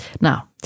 Now